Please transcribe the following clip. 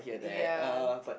ya